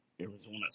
Arizona